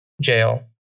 Jail